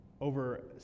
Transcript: over